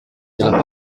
nella